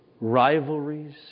rivalries